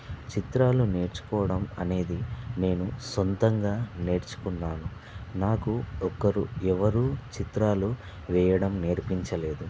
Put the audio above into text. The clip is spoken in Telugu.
చిత్రాలు నేర్చుకోవడం అనేది నేను సొంతంగా నేర్చుకున్నాను నాకు ఒకరు ఎవ్వరు చిత్రాలు వెయ్యడం నేర్చించలేదు